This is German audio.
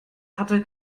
hatte